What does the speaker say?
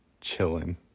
Chilling